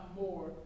more